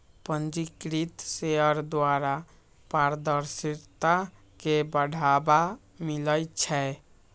पंजीकृत शेयर द्वारा पारदर्शिता के बढ़ाबा मिलइ छै